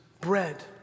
bread